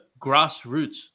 grassroots